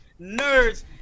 Nerds